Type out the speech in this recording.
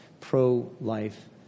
pro-life